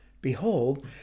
behold